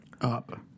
up